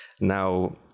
now